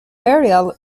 burial